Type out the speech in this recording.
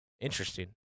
Interesting